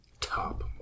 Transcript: top